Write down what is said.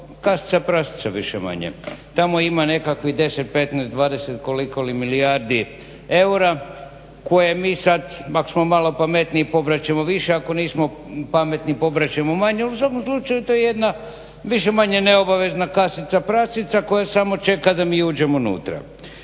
kasica prasica više-manje. Tamo ima nekakvih 10, 15, 20 koliko li milijardi eura koje mi sada ako smo malo pametniji pobrat ćemo više, ako nismo pametni pobrat ćemo manje ali u svakom slučaju to je jedna više-manje neobavezna kasica prasica koja samo čeka da mi uđemo unutra.